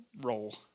roll